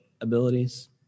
abilities